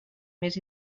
més